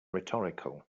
rhetorical